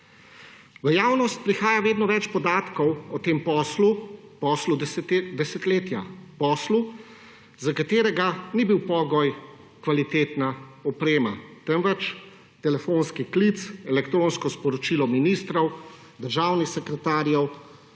V javnost prihaja vedno več podatkov o tem poslu, poslu desetletja, poslu, za katerega ni bil pogoj kvalitetna oprema, temveč telefonski klic, elektronsko sporočilo ministrov, državnih sekretarjev,